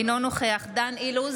אינו נוכח דן אילוז,